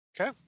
Okay